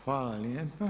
Hvala lijepa.